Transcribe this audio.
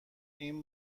این